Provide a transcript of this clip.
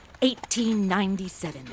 1897